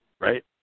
right